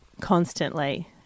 constantly